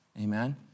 Amen